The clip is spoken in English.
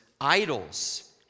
idols